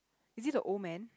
is it the old man